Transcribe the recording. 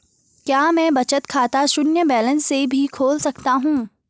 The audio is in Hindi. क्या मैं बचत खाता शून्य बैलेंस से भी खोल सकता हूँ?